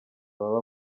baba